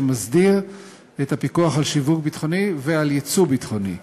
שמסדיר את הפיקוח על שיווק ביטחוני ועל ייצוא ביטחוני.